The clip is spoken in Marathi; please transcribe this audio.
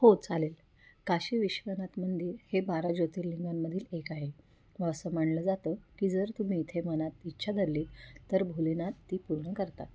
हो चालेल काशी विश्वनाथ मंदिर हे बारा ज्योतिर्लिंगांमधील एक आहे व असं मानलं जातं की जर तुम्ही इथे मनात इच्छा धरली तर भोलेनाथ ती पूर्ण करतात